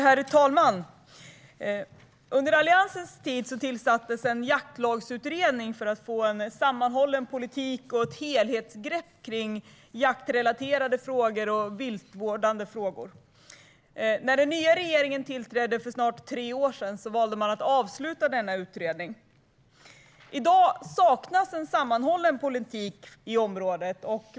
Herr talman! Under Alliansens tid tillsattes en jaktlagsutredning för att det skulle bli en sammanhållen politik och ett helhetsgrepp kring jaktrelaterade och viltvårdande frågor. När den nya regeringen tillträdde, för snart tre år sedan, valde man att avsluta denna utredning. I dag saknas en sammanhållen politik på området.